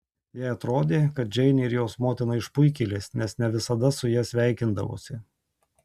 jai atrodė kad džeinė ir jos motina išpuikėlės nes ne visada su ja sveikindavosi